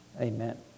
amen